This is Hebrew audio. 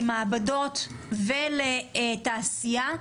למעבדות ולתעשייה,